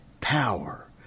power